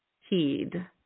heed